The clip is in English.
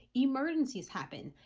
emergencies happen,